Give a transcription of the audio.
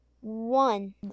One